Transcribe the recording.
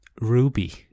Ruby